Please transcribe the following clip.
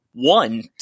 one